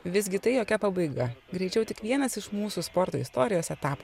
visgi tai jokia pabaiga greičiau tik vienas iš mūsų sporto istorijos etapų